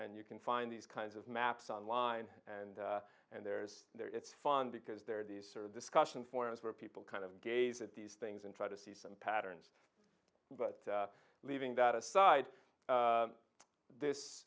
and you can find these kinds of maps online and and there's there it's fun because there are these sort of discussion forums where people kind of gaze at these things and try to see some patterns but leaving that aside this